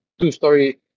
two-story